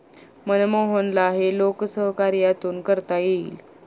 मोहनला हे लोकसहकार्यातून करता येईल